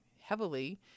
heavily